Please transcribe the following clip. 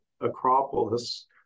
Acropolis